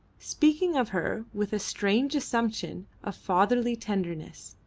speaking of her with a strange assumption of fatherly tenderness.